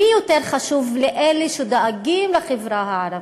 מי יותר חשוב לאלה שדואגים לחברה הערבית: